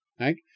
right